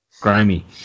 Grimy